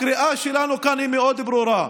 הקריאה שלנו כאן היא מאוד ברורה: